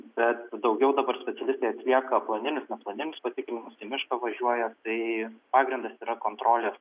bet daugiau dabar specialistai atlieka planinius planinius patikrinimus į mišką važiuoja tai pagrindas yra kontrolės